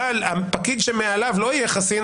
אבל הפקיד שמעליו לא יהיה חסין,